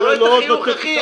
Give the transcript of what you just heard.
את החיוך, אחי.